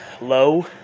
low